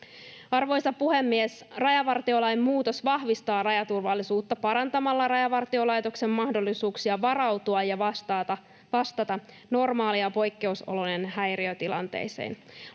Arvoisa puhemies! Rajavartiolain muutos vahvistaa rajaturvallisuutta parantamalla Rajavartiolaitoksen mahdollisuuksia varautua ja vastata normaali- ja poikkeusolojen häiriötilanteisiin.